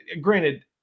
granted